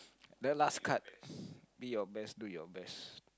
the last card be your best do your best